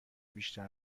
بیشتر